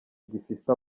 gifise